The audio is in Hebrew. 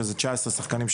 19 שחקנים,